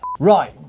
right.